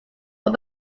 but